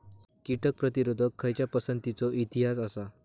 कीटक प्रतिरोधक खयच्या पसंतीचो इतिहास आसा?